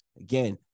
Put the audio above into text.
Again